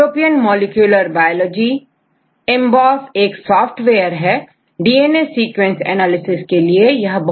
European molecular biology एक software है DNA sequence analysis के लिए बहुत ज्यादा उपयोगी है